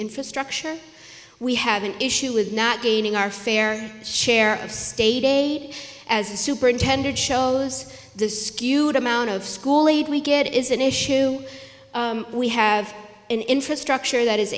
infrastructure we have an issue with not gaining our fair share of state as a superintendent shows the skewed amount of school aid we get is an issue we have an infrastructure that is